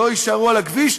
לא יישארו על הכביש,